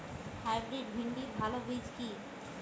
Hybrid ভিন্ডির ভালো বীজ কি?